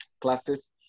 classes